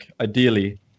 ideally